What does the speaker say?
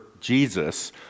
Jesus